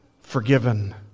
forgiven